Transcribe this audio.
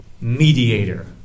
mediator